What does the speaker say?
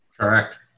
Correct